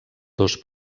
dos